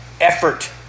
effort